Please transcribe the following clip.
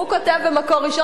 הוא כותב ב"מקור ראשון".